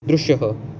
दृश्यः